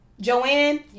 Joanne